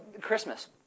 Christmas